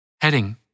Heading